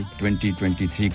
2023